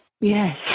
Yes